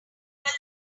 life